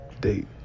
date